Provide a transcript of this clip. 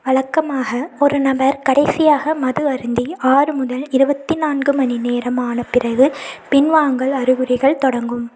வழக்கமாக ஒரு நபர் கடைசியாக மது அருந்தி ஆறு முதல் இருபத்தி நான்கு மணி நேரம் ஆனபிறகு பின்வாங்கல் அறிகுறிகள் தொடங்கும்